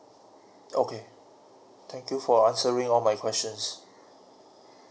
okay thank you for answering all my questions